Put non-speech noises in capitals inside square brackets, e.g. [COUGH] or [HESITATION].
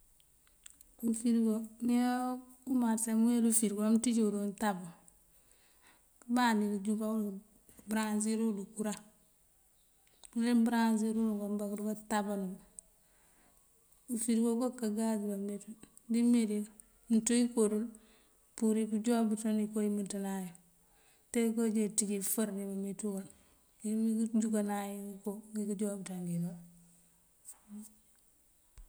Ufërigo, mëya umarëse á mëëweli ufërigo, amëëntíj uwël awun utáb. Këëmbandi këënjúnkon uwul, këëmbëraŋáasirwul dí kuraŋ. Uler wí mëëmbëraŋáasir unk akëmbá këërúnká tában uwul. Ufërigo okoo ká gaz dibá meecú dim meendí mëënţú ikoodul pëëmpúrir pëënjúwáabëţan inkoo imëënţándáanayun. Tee inkoo jee inţënj ifër dibá meecúwël, iyi këënjúnkanan inkoo ngí këënjúwáabëţin ngímbá. [HESITATION]